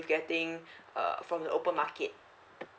getting uh from the open market